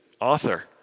author